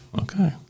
Okay